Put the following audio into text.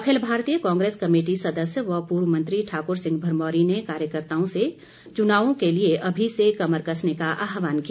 अखिल Bharatiya Congress committee सदस्य व पूर्व मंत्री ठाकुर सिंह भरमौरी ने कार्यकर्ताओं से चुनावों के लिए अभी से कमर कसने का आहवान किया